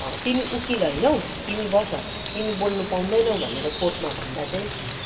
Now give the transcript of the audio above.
तिमी वकिल हैनौ तिमी बस तिमी बोल्नु पाउँदैनौ भनेर कोर्टमा भन्दा चाहिँ